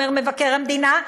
אומר מבקר המדינה,